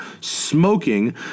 smoking